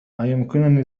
أيمكنني